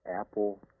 Apple